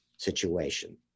Situation